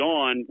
on